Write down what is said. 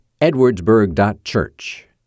edwardsburg.church